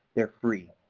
they are free.